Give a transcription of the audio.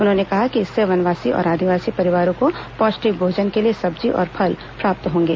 उन्होंने कहा कि इससे वनवासी और आदिवासी परिवारों को पौष्टिक भोजन के लिए सब्जी और फल प्राप्त होंगे